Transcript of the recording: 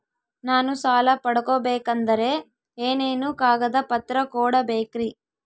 ನಾನು ಸಾಲ ಪಡಕೋಬೇಕಂದರೆ ಏನೇನು ಕಾಗದ ಪತ್ರ ಕೋಡಬೇಕ್ರಿ?